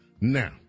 Now